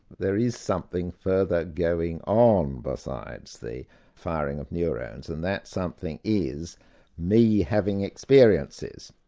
there is something further going on besides the firing of neurons, and that something is me having experiences,